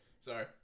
Sorry